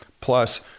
Plus